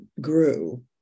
grew